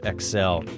XL